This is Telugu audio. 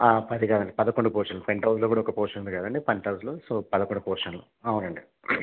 పది కాదండి పదకొండు పోర్షన్లు పెంట్హౌస్లో కూడా ఒక పోర్షన్ ఉంది కదండి పెంట్హౌస్లో సో పదకొండు పోర్షన్లు అవునండి